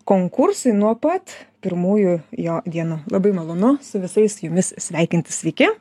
konkursui nuo pat pirmųjų jo dienų labai malonu su visais jumis sveikintis sveiki